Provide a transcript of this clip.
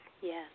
Yes